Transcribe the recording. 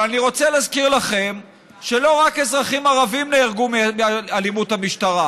אבל אני רוצה להזכיר לכם שלא רק אזרחים ערבים נהרגו מאלימות המשטרה.